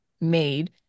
made